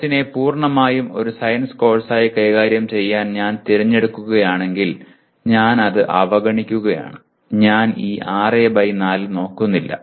കോഴ്സിനെ പൂർണ്ണമായും ഒരു സയൻസ് കോഴ്സായി കൈകാര്യം ചെയ്യാൻ ഞാൻ തിരഞ്ഞെടുക്കുകയാണെങ്കിൽ ഞാൻ അത് അവഗണിക്കുകയാണ് ഞാൻ ഈ 6 ബൈ 4 നോക്കുന്നില്ല